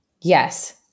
Yes